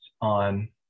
on